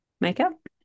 makeup